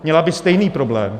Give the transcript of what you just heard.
Měla by stejný problém.